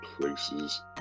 places